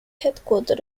headquarter